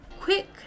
quick